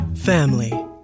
family